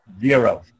Zero